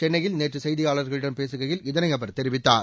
சென்னையில் நேற்று செய்தியாளர்களிடம் பேசுகையில் இதனை அவர் தெரிவித்தார்